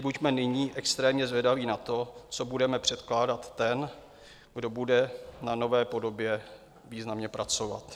Buďme nyní extrémně zvědaví na to, co bude předkládat ten, kdo bude na nové podobě významně pracovat.